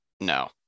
no